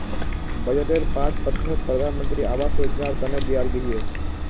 बजटेर पांच प्रतिशत प्रधानमंत्री आवास योजनार तने दियाल गहिये